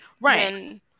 Right